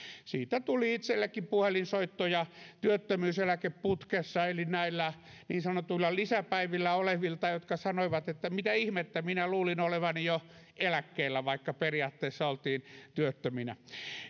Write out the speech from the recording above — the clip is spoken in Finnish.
siitä tuli itsellenikin puhelinsoittoja työttömyyseläkeputkessa eli näillä niin sanotuilla lisäpäivillä olevilta jotka sanoivat että mitä ihmettä minä luulin olevani jo eläkkeellä vaikka periaatteessa oltiin työttöminä